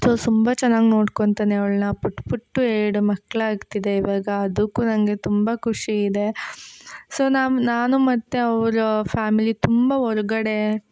so ತುಂಬ ಚೆನ್ನಾಗಿ ನೋಡ್ಕೊಂತಾನೆ ಅವ್ಳನ್ನ ಪುಟ್ಟ ಪುಟ್ಟ ಎರಡು ಮಕ್ಕಳಾಗ್ತಿದೆ ಇವಾಗ ಅದಕ್ಕೂ ನನಗೆ ತುಂಬ ಖುಷಿ ಇದೆ ಸೊ ನಾನು ಮತ್ತು ಅವರ ಫ್ಯಾಮಿಲಿ ತುಂಬ ಹೊರ್ಗಡೆ